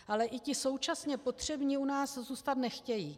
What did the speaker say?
Ale i ti současně potřební u nás zůstat nechtějí.